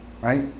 right